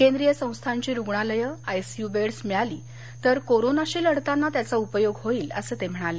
केंद्रीय संस्थांची रुग्णालयंआयसीयू बेडस मिळाली तर कोरोनाशी लढताना त्याचा उपयोग होईल असं ते म्हणाले